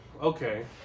okay